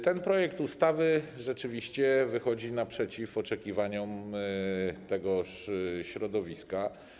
Ten projekt ustawy rzeczywiście wychodzi naprzeciw oczekiwaniom tego środowiska.